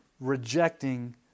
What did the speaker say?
rejecting